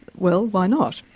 well, why not.